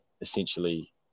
essentially